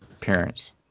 parents